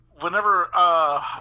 whenever